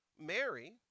Mary